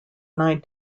nine